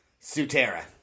Sutera